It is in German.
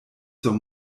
zur